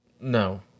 No